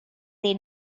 they